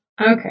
Okay